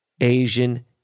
Asian